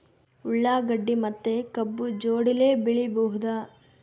ಉಳ್ಳಾಗಡ್ಡಿ ಮತ್ತೆ ಕಬ್ಬು ಜೋಡಿಲೆ ಬೆಳಿ ಬಹುದಾ?